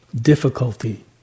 Difficulty